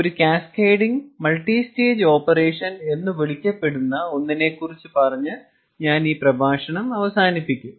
ഒരു cascading multi stage operation എന്ന് വിളിക്കപ്പെടുന്ന ഒന്നിനെ കുറിച്ച് പറഞ്ഞു ഞാൻ അവസാനിപ്പിക്കും